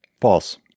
False